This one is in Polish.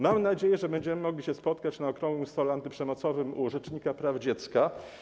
Mam nadzieję, że będziemy mogli się spotkać przy okrągłym stole antyprzemocowym u rzecznika praw dziecka.